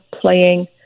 playing